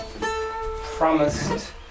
promised